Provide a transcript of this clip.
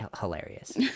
hilarious